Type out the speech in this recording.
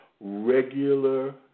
regular